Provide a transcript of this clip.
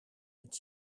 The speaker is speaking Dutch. het